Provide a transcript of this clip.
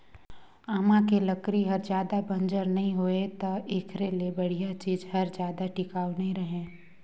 आमा के लकरी हर जादा बंजर नइ होय त एखरे ले बड़िहा चीज हर जादा टिकाऊ नइ रहें